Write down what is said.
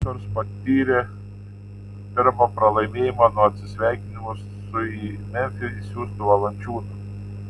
raptors patyrė pirmą pralaimėjimą nuo atsisveikinimo su į memfį išsiųstu valančiūnu